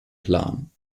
plan